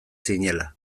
zinela